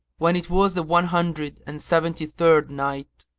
when it was the one hundred and seventy-third night,